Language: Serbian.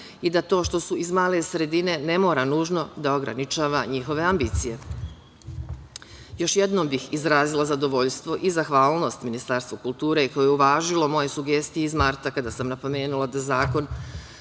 i da to što su iz male sredine ne mora nužno da ograničava njihove ambicije. Još jednom bih izrazila zadovoljstvo i zahvalnost Ministarstvu kulture, koje je uvažilo moje sugestije iz marta, kada sam napomenula da Zakon